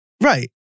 Right